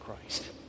Christ